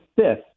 fifth